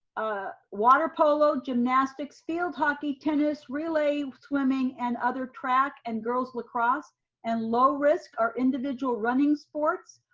ah water polo, gymnastics, field hockey, tennis, relay, swimming and other track and girls lacrosse and low risk are individual running sports,